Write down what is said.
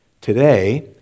Today